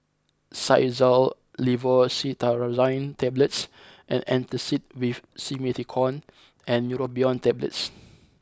Xyzal Levocetirizine Tablets Antacid with Simethicone and Neurobion Tablets